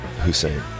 Hussein